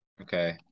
Okay